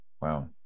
Wow